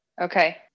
okay